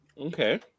Okay